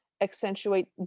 accentuate